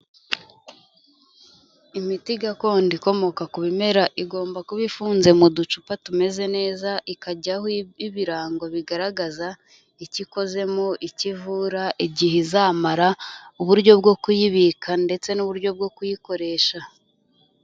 Imiti gakondo ikomoka ku bimera, igomba kuba ifunze mu ducupa tumeze neza, ikajyaho ibirango bigaragaza icyo ikozemo, icyo ivura, igihe izamara, uburyo bwo kuyibika, ndetse n'uburyo bwo kuyikoresha.